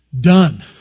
done